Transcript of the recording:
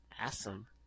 awesome